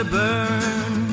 burn